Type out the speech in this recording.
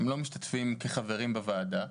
הם לא משתתפים כחברים בוועדה,